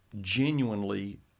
genuinely